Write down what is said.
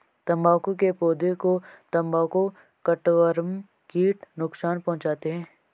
तंबाकू के पौधे को तंबाकू कटवर्म कीट नुकसान पहुंचाते हैं